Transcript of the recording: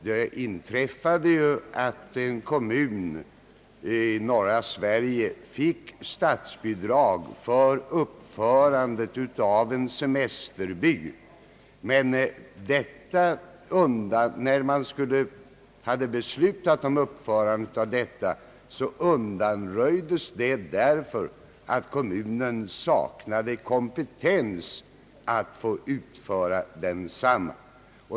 Det inträffade att en kommun i norra Sverige fick statsbidrag för uppförandet av en semesterby, men det kommunala beslutet undanröjdes efter besvär därför att kommunen saknade kompetens härtill.